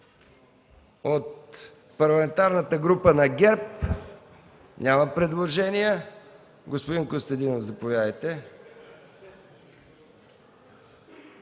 От Парламентарната група на ГЕРБ няма предложения. Господин Костадинов, заповядайте.